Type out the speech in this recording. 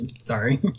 Sorry